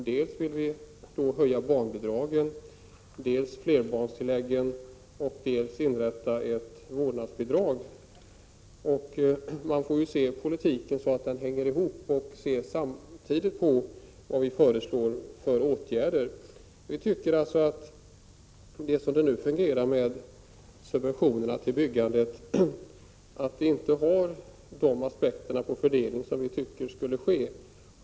Vi vill dels höja barnbidragen, dels höja flerbarnstillägget, dels inrätta ett vårdnadsbidrag. Man får lov att se till sambanden i politiken och vilka åtgärder vi föreslår. Som det nu fungerar med subventionerna till byggandet, beaktas inte fördelningsaspekterna på det sätt som vi anser borde ske.